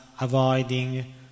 avoiding